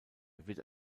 wird